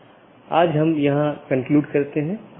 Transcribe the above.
इसके साथ ही आज अपनी चर्चा समाप्त करते हैं